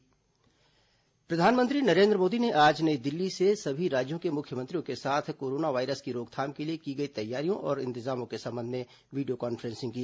corona प्रधानमंत्री video conferencing प्रधानमंत्री नरेन्द्र मोदी ने आज नई दिल्ली से सभी राज्यों के मुख्यमंत्रियों के साथ कोरोना वायरस की रोकथाम के लिए की गई तैयारियों और इंतजामों के संबंध में वीडियो कॉन्फ्रेसिंग की